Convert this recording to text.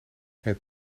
het